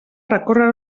recórrer